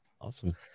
awesome